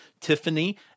Tiffany